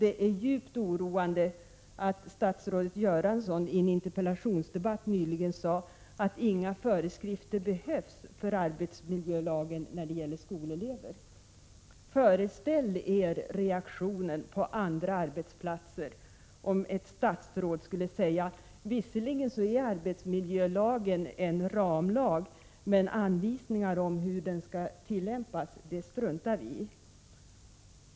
Det är djupt oroande att statsrådet Bengt Göransson i en interpellationsdebatt nyligen sade att inga föreskrifter behövs för arbetsmiljölagen när det gäller skolelever. Föreställ er reaktionen på andra arbetsplatser om ett statsråd skulle säga: Visserligen är arbetsmiljölagen en ramlag, men anvisningar om hur den skall tillämpas struntar vi i!